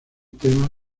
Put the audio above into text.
temas